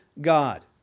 God